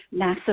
NASA